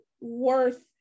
worth